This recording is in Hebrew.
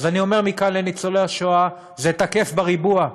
אז אני אומר מכאן לניצולי השואה: זה תקף בריבוע.